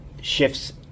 shifts